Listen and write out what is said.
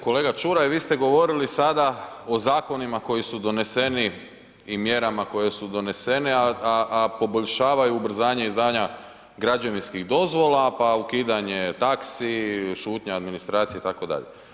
Kolega Čuraj, vi ste govorili sada o zakonima koji su doneseni i mjerama koje su donesene, a poboljšavaju ubrzanje izdavanja građevinskih dozvola pa ukidanje taksi, šutnja administracije, itd.